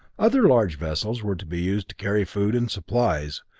other large vessels were to be used to carry food and supplies.